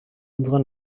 unserer